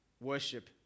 worship